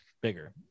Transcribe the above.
bigger